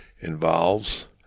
involves